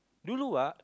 dulu ah